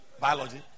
Biology